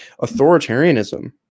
authoritarianism